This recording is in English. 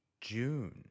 June